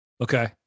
Okay